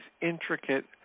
intricate